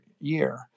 year